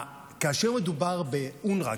כאשר מדובר באונר"א,